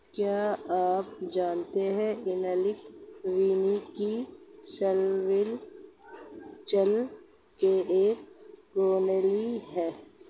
क्या आप जानते है एनालॉग वानिकी सिल्वीकल्चर की एक प्रणाली है